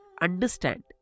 understand